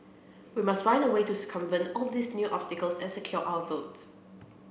we must find a way to circumvent all these new obstacles and secure our votes